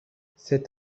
c’est